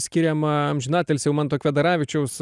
skiriama amžinatilsį manto kvedaravičiaus